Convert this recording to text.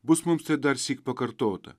bus mums tai darsyk pakartota